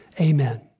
amen